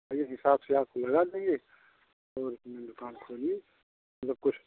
आ इस हिसाब से आपको लगा देंगे और अपना काम आप करिए जब कुछ